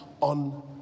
on